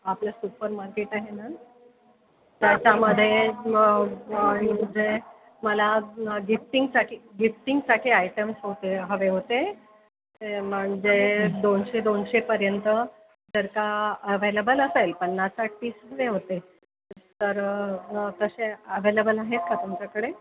आपलं supermarket आहे ना त्याच्यामध्ये म्हणजे मला गिफ्टिंगसाठी गिफ्टिंगसाठी आयटम्स होते हवे होते म्हणजे दोनशे दोनशेपर्यंत जर का अवेलेबल असेल पन्नास साठ पीस हवे होते तर तसे अवेलेबल आहेत का तुमच्याकडे